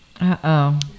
uh-oh